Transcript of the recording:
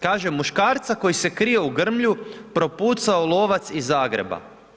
Kaže, muškarca koji se krio u grmlju propucao lovac iz Zagreba.